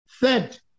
third